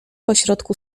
pośrodku